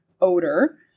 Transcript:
odor